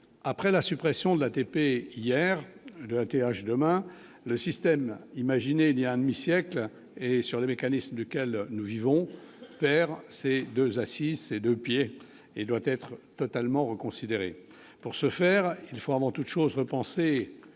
après la suppression de la TP hier TH demain le système imaginé il y a un demi-siècle et sur les mécanismes duquel nous vivons perd c'est 2 6, ses 2 pieds et doit être totalement reconsidérés pour ce faire, il faut avant toute chose, repenser